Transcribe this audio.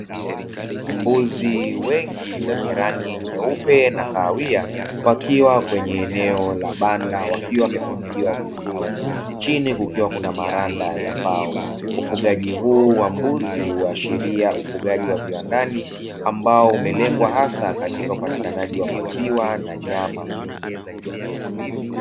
Mbuzi wengi wenye rangi nyeupe na kahawia, wakiwa kwenye eneo la banda wakiwa wamefungiwa vizuri, chini kukiwa na maranda ya mbao. Ufugaji huu wa mbuzi huashiria ufugaji wa viwandani, ambao umelengwa hasa katika upatikanaji wa maziwa na nyama.